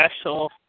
special